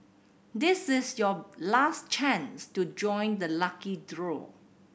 this is your last chance to join the lucky draw